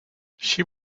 she